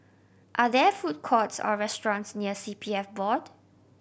are there food courts or restaurants near C P F Board